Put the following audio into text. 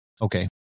okay